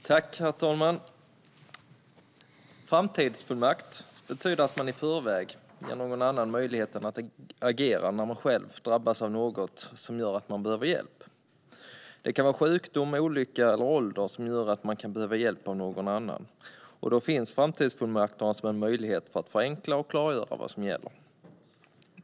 Herr talman! En framtidsfullmakt innebär att man i förväg ger någon annan möjligheten att agera när man själv drabbas av något som gör att man behöver hjälp. Det kan vara sjukdom, olycka eller ålder som gör att man kan behöva hjälp av någon annan, och då finns framtidsfullmakterna som en möjlighet för att förenkla och klargöra vad som gäller.